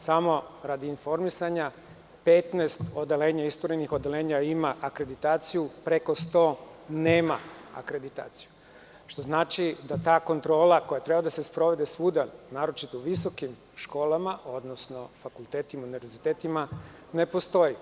Samo radi informisanja, 15 isturenih odeljenja ima akreditaciju, preko 100 nema akreditaciju, što znači da ta kontrola koja treba svuda da se sprovede, naročito u visokim školama, odnosno fakultetima i univerzitetima ne postoji.